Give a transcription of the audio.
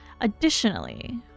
Additionally